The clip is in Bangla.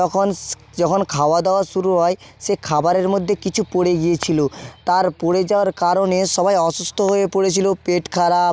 তখন যখন খাওয়াদাওয়া শুরু হয় সে খাবারের মধ্যে কিছু পড়ে গিয়েছিলো তার পড়ে যাওয়ার কারণে সবাই অসুস্থ হয়ে পড়েছিল পেট খারাপ